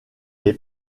est